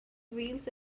wheels